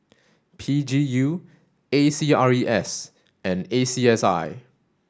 P G U A C R E S and A C S I